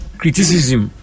criticism